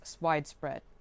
widespread